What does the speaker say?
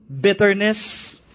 bitterness